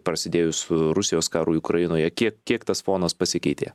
prasidėjus rusijos karui ukrainoje kiek kiek tas fonas pasikeitė